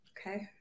okay